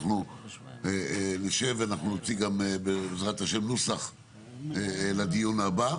אנחנו נשב ואנחנו נוציא גם בעזרת ה' נוסח לדיון הבא,